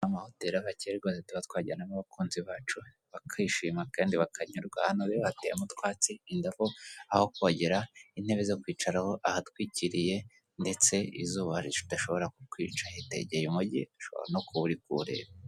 Amahoteri aba akenewe, tuba twajyanamo n'abakunzi bakishima, kandi bakanyurwa, ahantu rero hateyemo utwatsi, ndetse n'aho kogera, intebe zo kwicaraho, ahatwikiriye, ndetse izuba ridashobora kukwica, hitegeye umugi, ushobora no kuba uri kuwureba.